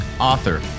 author